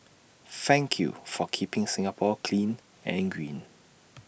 thank you for keeping Singapore clean and green